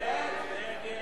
ההסתייגות